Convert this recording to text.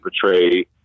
portray